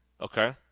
Okay